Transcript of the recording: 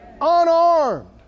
Unarmed